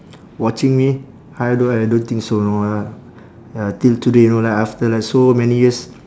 watching me I don't I don't think so know I ya till today know like after like so many years